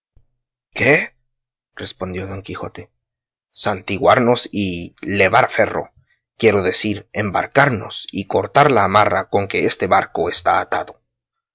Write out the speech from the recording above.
qué respondió don quijote santiguarnos y levar ferro quiero decir embarcarnos y cortar la amarra con que este barco está atado